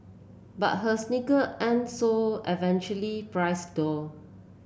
but her sneaker aren't so averagely price though